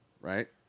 right